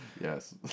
Yes